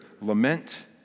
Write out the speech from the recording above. lament